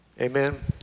Amen